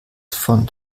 von